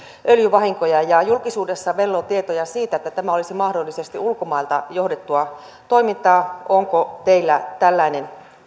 öljyvahinkoja julkisuudessa velloo tietoja siitä että tämä olisi mahdollisesti ulkomailta johdettua toimintaa onko teillä tällainen